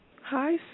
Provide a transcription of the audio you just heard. hi